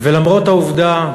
ולמרות העובדה,